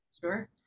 Sure